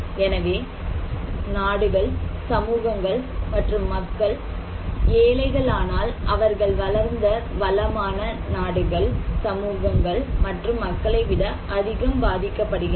எனவே நாடுகள் சமூகங்கள் மற்றும் மக்கள் ஏழைகள் ஆனால் அவர்கள் வளர்ந்த வளமான நாடுகள் சமூகங்கள் மற்றும் மக்களைவிட அதிகம் பாதிக்கப்படுகின்றனர்